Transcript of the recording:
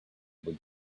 would